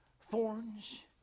Thorns